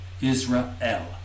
Israel